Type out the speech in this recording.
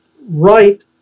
right